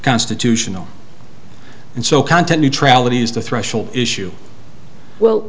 constitutional and so content neutrality is the threshold issue well